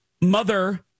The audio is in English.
Mother